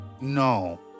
No